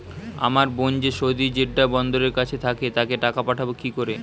আমার বোন যে সৌদির জেড্ডা বন্দরের কাছে থাকে তাকে টাকা পাঠাবো কি করে?